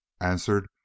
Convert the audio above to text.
answered